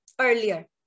earlier